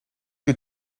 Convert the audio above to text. que